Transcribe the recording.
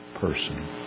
person